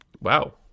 Wow